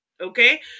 okay